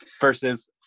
versus